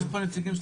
יש פה נציגים של